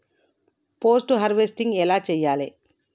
Post harvesting ఎలా చెయ్యాలే?